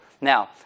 Now